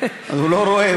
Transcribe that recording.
הוא לא רואה.